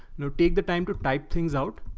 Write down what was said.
now take the time to type things out.